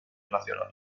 nacional